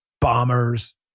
bombers